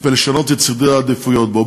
ולשנות את סדרי העדיפויות בו.